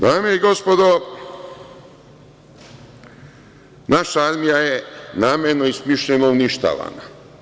Dame i gospodo, naša armija je namerno i smišljeno uništavana.